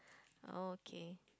oh okay